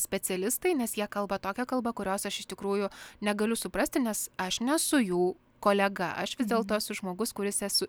specialistai nes jie kalba tokia kalba kurios aš iš tikrųjų negaliu suprasti nes aš nesu jų kolega aš vis dėlto esu žmogus kuris esu